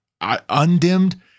undimmed